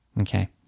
Okay